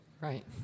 Right